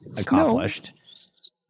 accomplished